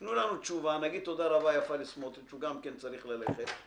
תנו לנו תשובה ונגיד תודה רבה יפה לסמוטריץ שגם כן צריך ללכת.